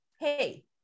hey